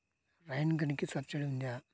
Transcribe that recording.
Rain గన్కి subsidy ఉందా?